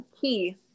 key